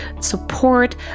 support